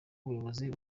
umuyobozi